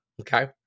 Okay